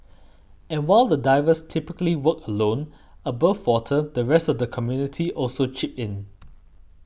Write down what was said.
and while the divers typically work alone above water the rest of the community also chips in